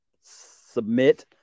submit